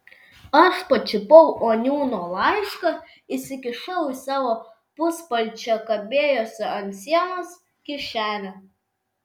aš pačiupau oniūno laišką įsikišau į savo puspalčio kabėjusio ant sienos kišenę